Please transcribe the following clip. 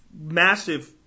massive